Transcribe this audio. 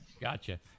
gotcha